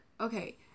Okay